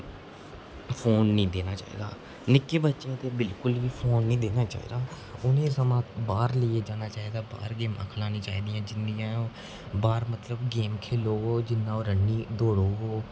phone नेईं देना चाहिदा निक्के बच्चें गी बिलकुल बी फोन नेईं देना चाहिदा उ'नेंगी सगुआं बाह्र लेई जाना चाहिदा बाह्र गेमां खढानी चाहिदियां जिन्नियां बाह्र मतलब गेम खेढग जिन्ना ओह् रनिंग दोड़ होग